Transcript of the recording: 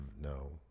no –